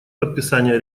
подписание